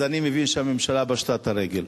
אז אני מבין שהממשלה פשטה את הרגל.